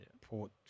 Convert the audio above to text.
Port